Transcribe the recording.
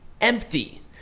empty